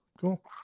cool